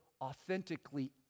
authentically